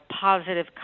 positive